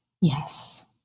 Yes